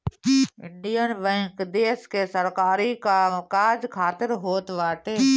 Indian Bank देस के सरकारी काम काज खातिर होत बाटे